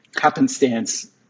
happenstance